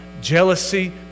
jealousy